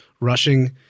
Rushing